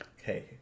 Okay